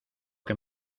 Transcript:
que